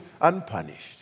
unpunished